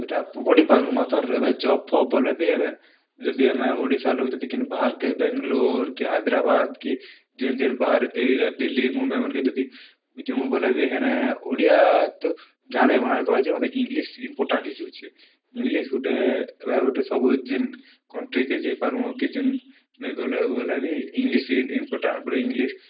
ଇ'ଟା ପଢ଼ି ପାର୍ମୁ ମାତର୍ ଏବେ ଜବ୍ଫବ୍ ବେଲେ ବି ଏବେ ଯଦି ଆମେ ଓଡ଼ିଶା ଲୋକ୍ ଯଦି କେନ୍ ବାହାର୍ କେ ବେଙ୍ଗଲୋର୍ କି ହାଇଦ୍ରାବାଦ୍ କି ଯେନ୍ ଯେନ୍ ବାହାରେ ଏରିଆ ଦିଲ୍ଲୀ ମୁମ୍ୱାଇମାନ୍ଙ୍କେ ଯଦି ଯିମୁ ବେଲେ ବି ହେନେ ଓଡ଼ିଆ ତ ଇଂଗ୍ଲିଶ୍ ଇମ୍ପୋର୍ଟାଣ୍ଟ୍ ହେଇଯାଉଛେ ଇଂଗ୍ଲିଶ୍ ଗୁଟେ ଇ'ଟା ଗୁଟେ ସବୁ ଯେନ୍ କଣ୍ଟ୍ରି କେ ଯାଇପାର୍ମୁ କି ଯେନ୍କେ ଗଲେ ଗଲେ ବି ଇଂଗ୍ଲିଶ୍ ଇମ୍ପୋର୍ଟାଣ୍ଟ୍ ଇଂଗ୍ଲିଶ୍